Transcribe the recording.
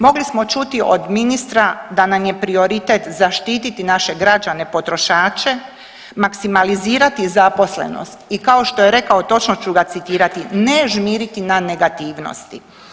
Mogli smo čuti od ministra da nam je prioritet zaštititi naše građane potrošače, maksimalizirati zaposlenost i kao što je rekao točno ću ga citirat ne žmiriti na negativnosti.